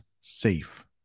safe